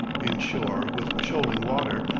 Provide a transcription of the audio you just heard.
inshore with shoaling water,